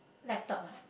laptop lah